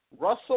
Russell